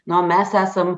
na o mes esam